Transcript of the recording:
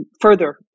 further